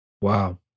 Wow